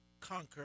conquer